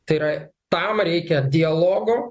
tai yra tam reikia dialogo